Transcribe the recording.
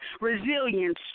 resilience